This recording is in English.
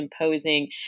imposing